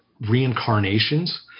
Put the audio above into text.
Reincarnations